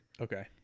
Okay